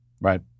Right